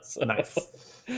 Nice